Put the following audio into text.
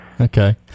Okay